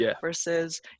versus